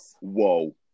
Whoa